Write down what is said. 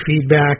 feedback